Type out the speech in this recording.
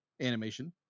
Animation